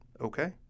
okay